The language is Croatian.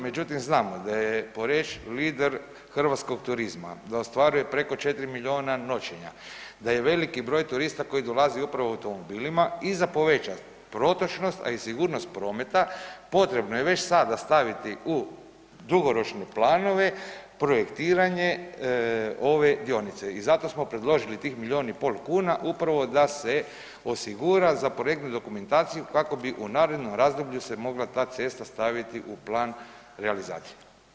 Međutim, znamo da je Poreč lider hrvatskog turizma, da ostvaruje preko 4 milijona noćenja, da je veliki broj turista koji dolaze upravo automobilima i za povećat protočnost, a i sigurnost prometa potrebno je već sada staviti u dugoročne planove projektiranje ove dionice i zato smo predložili tih milijun i pol kuna upravo da se osigura za projektnu dokumentaciju kako bi u narednom razdoblju se mogla ta cesta staviti u plan realizacije.